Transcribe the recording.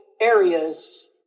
areas